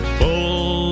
full